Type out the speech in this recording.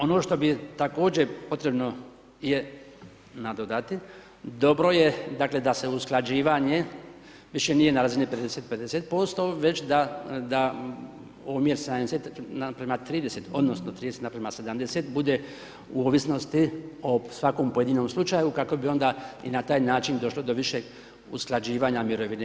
Ono što bi također potrebno je nadodati, dobro je da se usklađivanje više nije na razini30-50% već da omjer 70 naprama 30 odnosno 30 napravim 70 bude u ovisnosti o svakom pojedinom slučaju kako bi onda i na taj način došlo do višeg usklađivanja mirovine.